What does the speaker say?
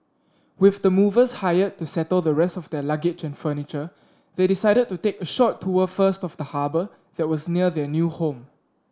with the movers hired to settle the rest of their luggage and furniture they decided to take a short tour first of the harbour that was near their new home